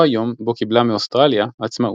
אותו היום בו קיבלה מאוסטרליה עצמאות.